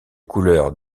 couleurs